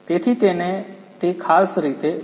તેથી તેને તે ખાસ રીતે લો